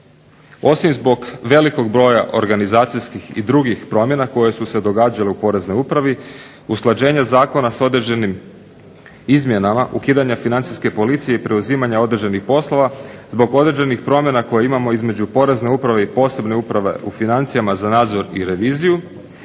Osim zbog velikog broja organizacijskih i drugih promjena koje su se događale u Poreznoj upravi usklađenje zakona sa određenim izmjenama, ukidanja Financijske policije i preuzimanja određenih poslova zbog određenih promjena koje imamo između Porezne uprave i posebne uprave u financijama za nadzor i reviziju